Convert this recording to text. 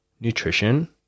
nutrition